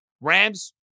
Rams